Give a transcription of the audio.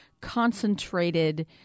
concentrated